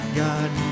god